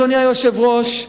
אדוני היושב-ראש,